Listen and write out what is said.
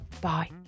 Bye